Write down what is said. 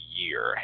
year